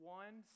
one